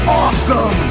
awesome